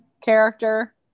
character